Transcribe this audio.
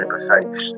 Precise